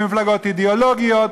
במפלגות אידיאולוגיות,